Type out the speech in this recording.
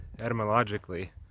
etymologically